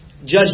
Judge